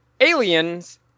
Aliens